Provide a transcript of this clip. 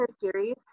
series